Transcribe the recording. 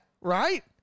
right